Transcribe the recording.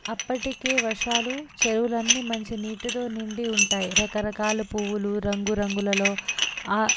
అప్పటికే వర్షాలతో చెరువులన్నీ మంచి నీటితో నిండి ఉంటాయి రకరకాల పువ్వులు రంగు రంగులలో